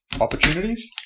opportunities